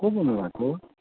को बोल्नु भएको